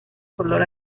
color